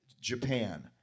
Japan